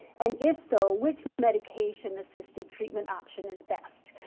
and if so, which medication assisted treatment option is best.